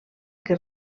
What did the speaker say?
que